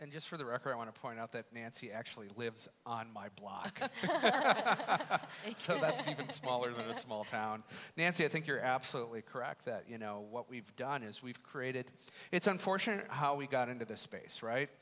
and just for the record i want to point out that nancy actually lives on my block up until about seven smaller than a small town nancy i think you're absolutely correct that you know what we've done is we've created it's unfortunate how we got into this space right